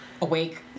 Awake